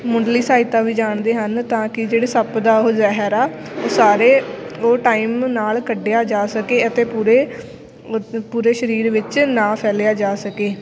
ਮੁੱਢਲੀ ਸਹਾਇਤਾ ਵੀ ਜਾਣਦੇ ਹਨ ਤਾਂ ਕਿ ਜਿਹੜੇ ਸੱਪ ਦਾ ਉਹ ਜ਼ਹਿਰ ਆ ਉਹ ਸਾਰੇ ਉਹ ਟਾਈਮ ਨਾਲ ਕੱਢਿਆ ਜਾ ਸਕੇ ਅਤੇ ਪੂਰੇ ਪੂਰੇ ਸਰੀਰ ਵਿੱਚ ਨਾ ਫੈਲਿਆ ਜਾ ਸਕੇ